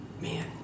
Man